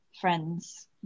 friends